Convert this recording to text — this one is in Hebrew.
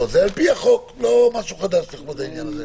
זה על פי החוק, לא משהו חדש לכבוד העניין הזה.